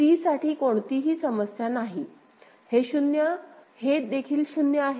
C साठी कोणतीही समस्या नाही हे 0 हे देखील 0 आहे